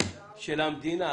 של המדינה.